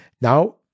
Now